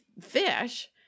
fish